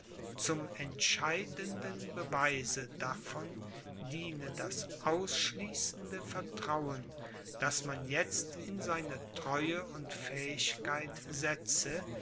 zum entscheidenden beweise davon diene das ausschließende vertrauen das man jetzt in seine treue und fähigkeit setze